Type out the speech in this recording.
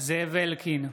זאב אלקין,